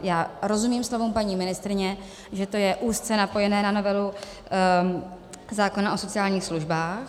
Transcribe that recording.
Já rozumím slovům paní ministryně, že to je úzce napojené na novelu zákona o sociálních službách.